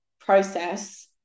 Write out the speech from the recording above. process